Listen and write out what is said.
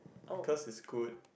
because it's good